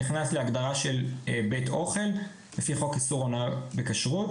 נכנס להגדרה של בית אוכל לפי חוק איסור הונאה בכשרות.